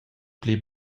pli